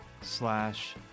slash